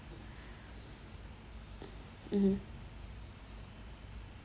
mmhmm